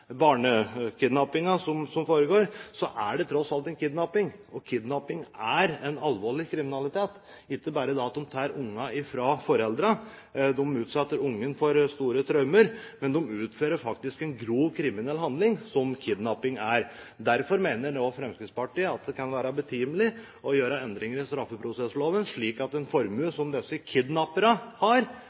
barnekidnappingen som foregår, er det tross alt en kidnapping, og kidnapping er alvorlig kriminalitet – ikke bare at de tar barna fra foreldrene, men de utsetter barna for store traumer. De utfører faktisk en grov kriminell handling, som kidnapping er. Derfor mener Fremskrittspartiet nå at det kan være betimelig å gjøre endringer i straffeprosessloven, slik at den formuen som disse kidnapperne har,